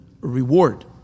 reward